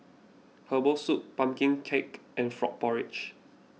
Herbal Soup Pumpkin Cake and Frog Porridge